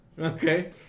Okay